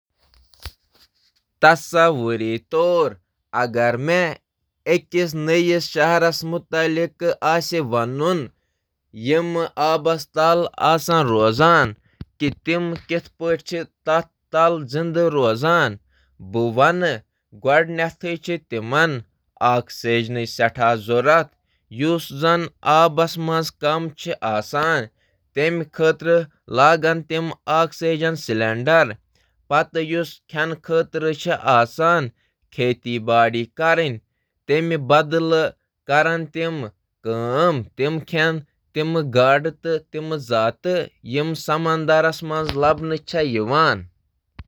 تصور کٔرِو اگر مےٚ مستقبلُک شہر بیان کرُن چُھ، یُس پوٗرٕ پٲٹھۍ آبس اندر موجود چُھ۔ بہٕ کرٕ تجویز زِ تمن چُھ واریاہ زیادٕ آکسیجنچ ضرورت آسن، یُس آبس منٛز کم چُھ۔ زٔمیٖن دٲری بدلہٕ چُھ تِمن گاڈٕ تہٕ باقٕے کھیٚنہٕ یِنہٕ وٲلۍ چیٖز استعمال کرٕنۍ یِم آبَس انٛدر چھِ۔